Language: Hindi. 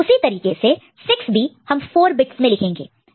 उसी तरीके से 6 भी हम 4 बिट्स में लिखेंगे 0110